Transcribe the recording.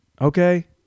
okay